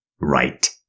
right